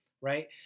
right